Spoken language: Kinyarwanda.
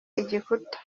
igikuta